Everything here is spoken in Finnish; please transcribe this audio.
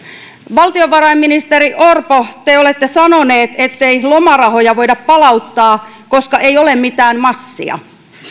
valtiovarainministeri orpo te olette sanonut ettei lomarahoja voida palauttaa koska ei ole mitään massia